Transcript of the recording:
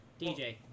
DJ